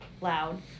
loud